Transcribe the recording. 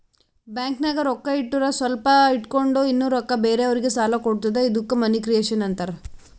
ಬ್ಯಾಂಕ್ನಾಗ್ ರೊಕ್ಕಾ ಇಟ್ಟುರ್ ಸ್ವಲ್ಪ ಇಟ್ಗೊಂಡ್ ಇನ್ನಾ ರೊಕ್ಕಾ ಬೇರೆಯವ್ರಿಗಿ ಸಾಲ ಕೊಡ್ತುದ ಇದ್ದುಕ್ ಮನಿ ಕ್ರಿಯೇಷನ್ ಆಂತಾರ್